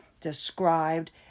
described